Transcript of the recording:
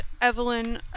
Evelyn